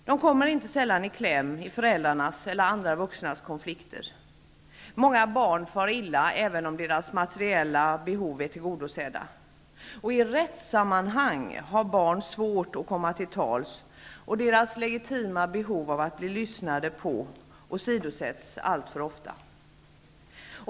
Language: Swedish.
De kommer inte sällan i kläm i föräldrarnas eller andra vuxnas konflikter. Många barn far illa även om deras materiella behov är tillgodosedda. I rättssammanhang har barn svårt att komma till tals. Deras legitima behov av att man lyssnar på dem åsidosätts alltför ofta.